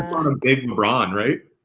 um big lebron, right?